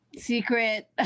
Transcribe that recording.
secret